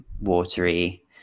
watery